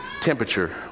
temperature